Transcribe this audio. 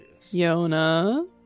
Yona